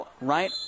right